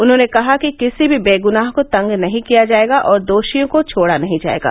उन्होंने कहा कि किसी भी बेगुनाह को तंग नहीं किया जाएगा और दोषियों को छोडा नहीं जाएगा